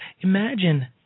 Imagine